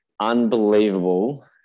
unbelievable